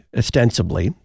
ostensibly